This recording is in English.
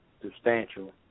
substantial